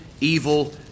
evil